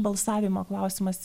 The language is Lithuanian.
balsavimo klausimas